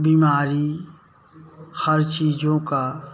बीमारी हर चीज़ों का